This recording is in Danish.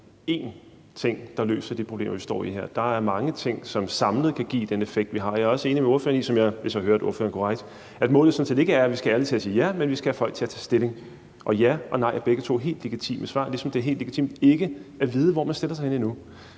ikke er én ting, der løser de problemer, vi står i her, men at der er mange ting, som samlet kan give den effekt, det har, og jeg er også enig med ordføreren i – hvis jeg hørte ordføreren korrekt – at målet sådan set ikke er, at vi skal have alle til at sige ja, men at vi skal have folk til at tage stilling, og et ja og et nej er begge to helt legitime svar, ligesom det er helt legitimt ikke at vide, hvor man stiller sig endnu.